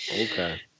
Okay